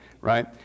right